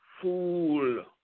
fool